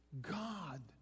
God